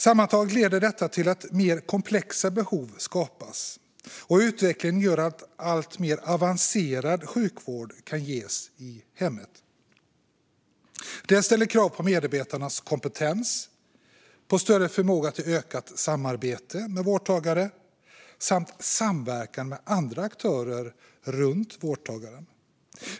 Sammantaget leder detta till att mer komplexa behov skapas, och utvecklingen gör att alltmer avancerad sjukvård kan ges i hemmet. Det ställer krav på medarbetarnas kompetens, på större förmåga till ökat samarbete med vårdtagare och på samverkan med andra aktörer runt vårdtagaren.